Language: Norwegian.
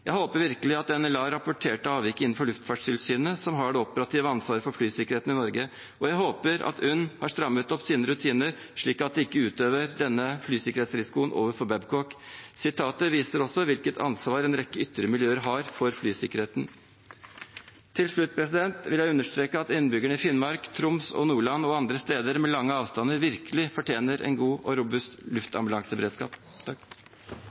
Jeg håper virkelig at NLA rapporterte avviket inn for Luftfartstilsynet, som har det operative ansvaret for flysikkerheten i Norge. Og jeg håper at UNN har strammet opp sine rutiner, slik at de ikke utøver denne flysikkerhetsrisikoen overfor Babcock. Sitatet viser også hvilket ansvar en rekke ytre miljøer har for flysikkerheten. Til slutt vil jeg understreke at innbyggerne i Finnmark, Troms, Nordland og andre steder med lange avstander virkelig fortjener en god og robust